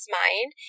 mind